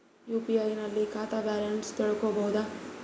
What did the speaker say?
UPI ನಲ್ಲಿ ಖಾತಾ balance ತಿಳಕೊ ಬಹುದಾ?